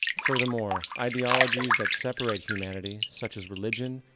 furthermore, ideologies that separate humanity, such as religion,